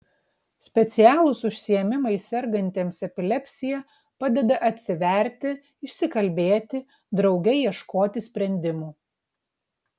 specialūs užsiėmimai sergantiems epilepsija padeda atsiverti išsikalbėti drauge ieškoti sprendimų